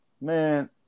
Man